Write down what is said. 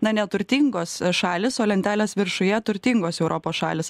na neturtingos šalys o lentelės viršuje turtingos europos šalys